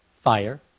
fire